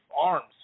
arms